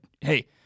hey